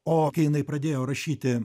o jinai pradėjo rašyti